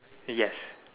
yes